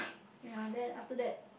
ya then after that